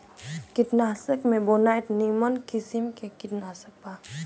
कीटनाशक में बोनाइड निमन किसिम के कीटनाशक बा